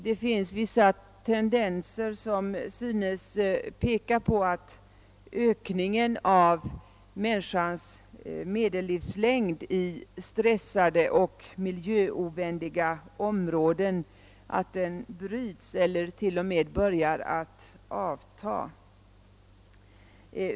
Det finns även vissa tendenser som synes peka på att ökningen av människan medellivslängd i stressande och miljöovänliga områden stagnerar eller t.o.m. börjar avta.